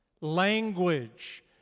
language